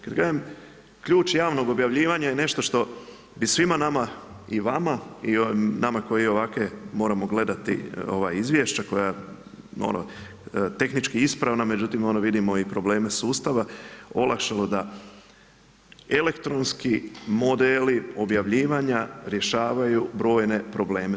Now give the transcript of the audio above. Kada kažem ključ javnog objavljivanja je nešto što bi svima nama i vama i nama koji ovakva moramo gledati izvješća, koja su tehnički ispravna no međutim vidimo i probleme sustava, olakšalo da elektronski modeli objavljivanja rješavaju brojne probleme.